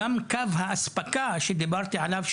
גם קו האספקה שדיברתי עליו,